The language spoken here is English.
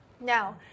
Now